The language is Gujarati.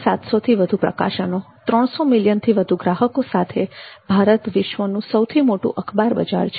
6700થી વધુ પ્રકાશનો અને 300 મિલિયનથી વધુ ગ્રાહકો સાથે ભારત વિશ્વનું સૌથી મોટું અખબાર બજાર છે